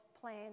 plan